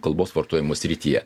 kalbos vartojimo srityje